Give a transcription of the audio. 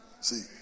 See